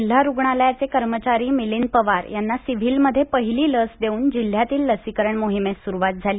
जिल्हा रुग्णालयाचे कर्मचारी मिलींद पवार यांना सिव्हीलमध्ये पहिली लस देऊन जिल्ह्यातील लसीकरण मोहीमेस सुरुवात झाली